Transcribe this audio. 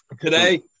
today